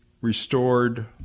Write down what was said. restored